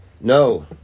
No